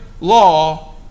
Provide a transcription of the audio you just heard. law